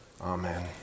Amen